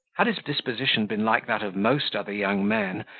had his disposition been like that of most other young men,